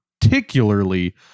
particularly